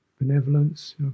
benevolence